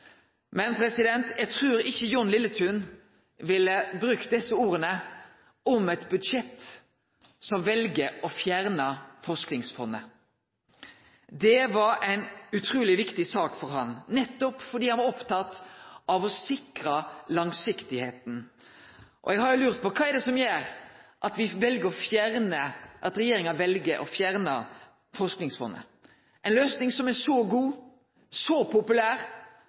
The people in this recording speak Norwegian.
Men eg trur ikkje Jon Lilletun ville ha brukt desse orda om eit budsjett som vel å fjerne Forskingsfondet. Det var ei utruleg viktig sak for han – nettopp fordi han var oppteken av å sikre langsiktigheita. Eg har lurt på kva det er som gjer at regjeringa vel å fjerne Forskingsfondet – ei løysing som er så god, så populær,